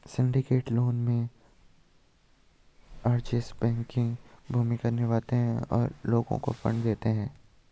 syndicated loan में, arrangers banking की भूमिका निभाते हैं और लोगों को फंड देते हैं